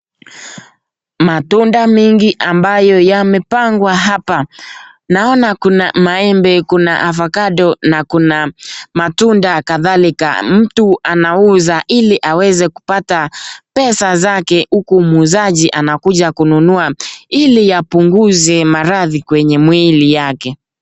Matunda mengi ambayo yamepangwa hapa. Naona kuna maembe, kuna avokado na kuna matunda kadhalika. Mtu anauza ili aweze kupata pesa zake huku muuzaji anakuja kununua ili apunguze maradhi kwenye mwili yake.